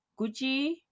Gucci